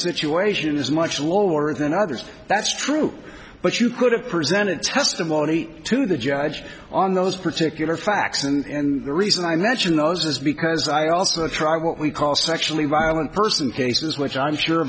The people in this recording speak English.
situation is much lower than others that's true but you could have presented testimony to the judge on those particular facts and the reason i mention those is because i also try what we call sexually violent person cases which i'm sure